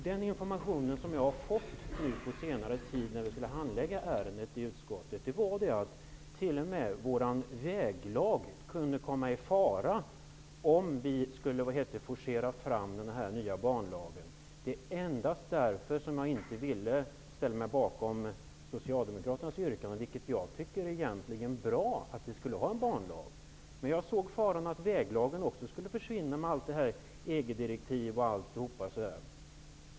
Den information som jag har fått på senare tid under handläggningen av ärendet i utskottet är att t.o.m. väglagen kunde komma i fara om vi skulle forcera fram den nya banlagen. Det är endast därför som jag inte ville ställa mig bakom Jag tycker egentligen att det vore bra att ha en banlag. Men jag såg faran att väglagen skulle försvinna bland EU-direktiv och allt annat.